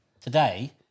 today